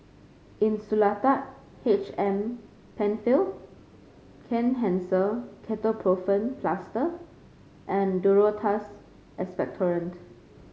Insulatard H M Penfill Kenhancer Ketoprofen Plaster and Duro Tuss Expectorant